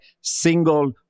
single